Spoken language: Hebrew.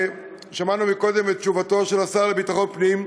ושמענו קודם את תשובתו של השר לביטחון פנים,